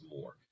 more